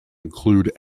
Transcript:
include